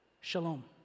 shalom